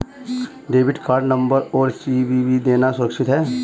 Debit card number और CVV देना सुरक्षित है?